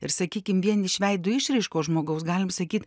ir sakykim vien iš veido išraiškos žmogaus galim sakyt